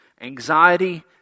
anxiety